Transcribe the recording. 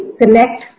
connect